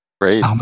great